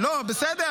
בסדר.